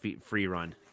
free-run